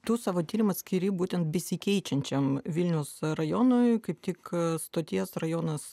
tu savo tyrimą skiri būtent besikeičiančiam vilniaus rajonui kaip tik stoties rajonas